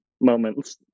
moments